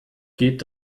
geht